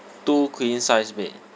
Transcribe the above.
two queen size bed